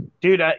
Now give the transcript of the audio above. Dude